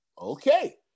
Okay